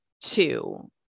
two